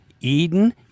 Eden